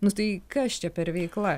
nu tai kas čia per veikla